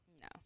No